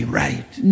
right